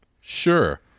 Sure